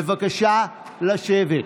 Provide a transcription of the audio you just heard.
בבקשה לשבת.